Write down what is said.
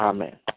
Amen